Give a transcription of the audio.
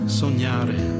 sognare